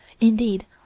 Indeed